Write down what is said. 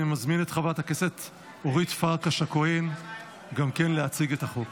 אני מזמין את חברת הכנסת אורית פרקש הכהן להציג גם היא את הצעת החוק.